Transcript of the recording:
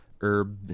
herb